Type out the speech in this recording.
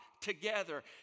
together